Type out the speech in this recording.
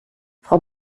frau